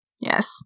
Yes